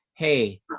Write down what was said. hey